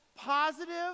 positive